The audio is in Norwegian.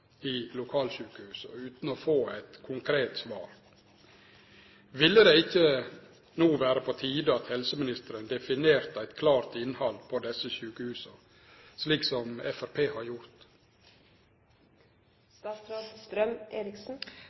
i lokalsjukehusa, utan å få eit konkret svar. Ville det ikkje no vere på tide at helseministeren definerte eit klart innhald i desse sjukehusa, slik som Framstegspartiet har